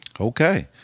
Okay